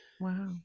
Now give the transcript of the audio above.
Wow